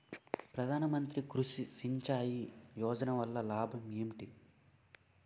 ప్రధాన మంత్రి కృషి సించాయి యోజన వల్ల లాభం ఏంటి?